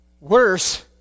Worse